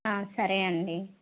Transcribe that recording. సరే అండి